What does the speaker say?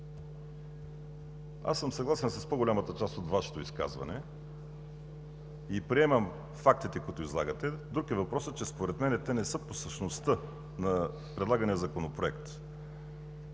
аз съм съгласен с по-голямата част от Вашето изказване и приемам фактите, които излагате. Друг е въпросът, че според мен те не са по същността на предлагания законопроект.